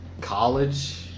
college